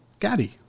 gaddy